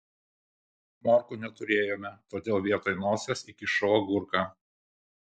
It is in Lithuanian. morkų neturėjome todėl vietoj nosies įkišau agurką